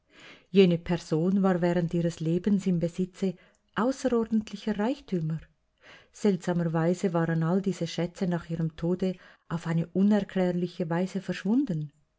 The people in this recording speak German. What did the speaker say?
jene person war während ihres lebens im besitze außerordentlicher reichtümer seltsamer weise waren all diese schätze nach ihrem tode auf eine unerklärliche weise verschwunden